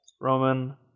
Roman